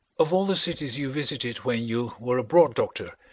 of all the cities you visited when you were abroad, doctor,